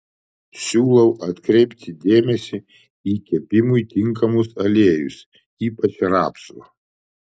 siūlau atkreipti dėmesį į kepimui tinkamus aliejus ypač rapsų